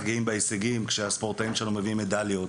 גאים בהישגים כשהספורטאים שלנו מביאים מדליות.